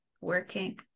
working